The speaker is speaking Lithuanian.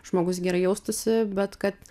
žmogus gerai jaustųsi bet kad